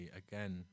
again